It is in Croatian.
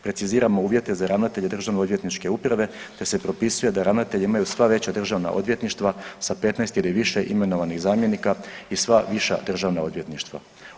Preciziramo uvjete za ravnatelje državnoodvjetničke uprave te se propisuje da ravnatelje imaju sva veća državna odvjetništva sa 15 ili više imenovanih zamjenika i sva viša državna odvjetništva.